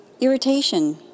irritation